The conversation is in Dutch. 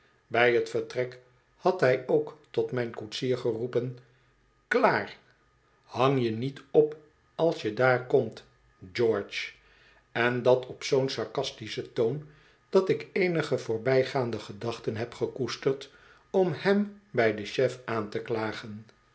bij t vertrek had hij ook tot mijn koetsier geroepen kla ar hang je niet op als je daar komt geo r ge en dat op zoo'n sarcastischen toon dat ik eenige voorbijgaande gedachten heb gekoesterd om hem bij den chef aan te klagen